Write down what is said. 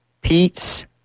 Pete's